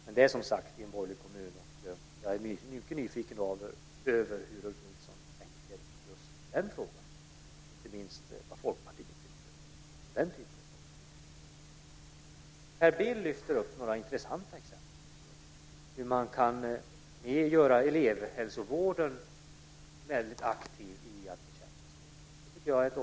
Men det är som sagt en borgerlig kommun, och jag är mycket nyfiken på hur Ulf Nilsson tänker just i den frågan och inte minst vad Folkpartiet tycker om den typen av förslag. Per Bill lyfter fram några intressanta exempel på hur man kan göra elevhälsovården väldigt aktiv i att bekämpa skolk.